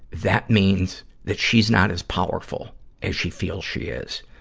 that means that she's not as powerful as she feels she is.